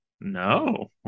No